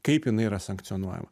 kaip jinai yra sankcionuojama